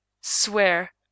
Swear